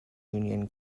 union